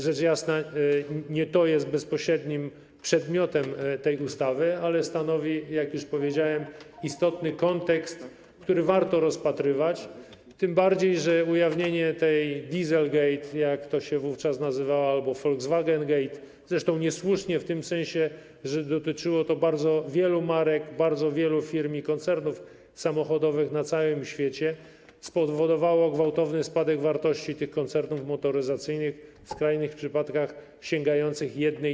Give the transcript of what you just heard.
Rzecz jasna, nie to jest bezpośrednim przedmiotem tej ustawy, ale stanowi, jak już powiedziałem, istotny kontekst, który warto rozpatrywać, tym bardziej że ujawnienie tej dieselgate, jak to się wówczas nazywało, albo Volkswagengate, zresztą niesłusznie w tym sensie, że dotyczyło to bardzo wielu marek, bardzo wielu firm i koncernów samochodowych na całym świecie, spowodowało gwałtowny spadek wartości tych koncernów motoryzacyjnych, w skrajnych przypadkach sięgający 1/3.